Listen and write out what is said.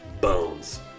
bones